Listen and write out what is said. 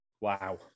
Wow